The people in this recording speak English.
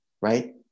right